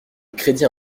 crédit